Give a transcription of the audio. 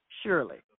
surely